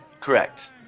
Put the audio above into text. Correct